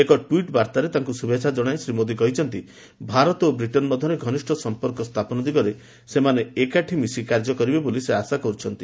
ଏକ ଟ୍ୱିଟ୍ ବାର୍ତ୍ତାରେ ତାଙ୍କୁ ଶୁଭେଚ୍ଛା ଜଣାଇ ଶ୍ରୀ ମୋଦି କହିଛନ୍ତି ଭାରତ ଓ ବ୍ରିଟେନ ମଧ୍ୟରେ ଘନିଷ୍ଠ ସଫପର୍କ ସ୍ଥାପନ ଦିଗରେ ସେମାନେ ଏକାଠି ମିଶି କାର୍ଯ୍ୟ କରିବେ ବୋଳି ସେ ଆଶା କରୁଛନ୍ତି